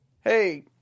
Hey